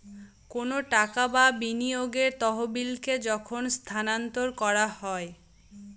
কোনো টাকা বা বিনিয়োগের তহবিলকে যখন স্থানান্তর করা হয়